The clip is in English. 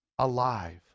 alive